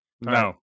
No